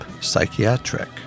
Psychiatric